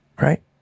right